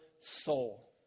soul